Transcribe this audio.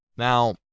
Now